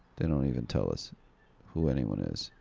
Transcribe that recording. they don't even tell us who anyone is.